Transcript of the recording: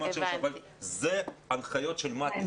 עד שעה 15:00. אבל אלה הנחיות של מט"י,